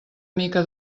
mica